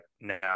now